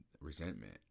resentment